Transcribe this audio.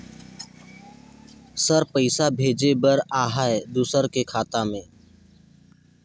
Sir पइसा भेजे बर आहाय दुसर के खाता मे?